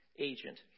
agent